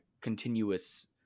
continuous